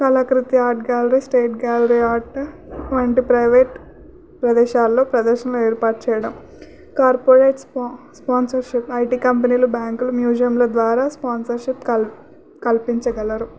కళాకృతి art gallery state art gallery వంటి private ప్రదేశాల్లో ప్రదర్శనలు ఏర్పాటు చెయ్యడం కార్పొరేట్ స్పాన్సర్షిప్ ఐటీ కంపెనీలు బ్యాంకులు మ్యూజియంల ద్వారా స్పాన్సర్షిప్ కల్ కల్పించగలరు